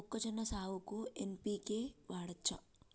మొక్కజొన్న సాగుకు ఎన్.పి.కే వాడచ్చా?